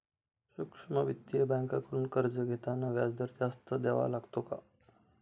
सूक्ष्म वित्तीय बँकांकडून कर्ज घेताना व्याजदर जास्त द्यावा लागतो का?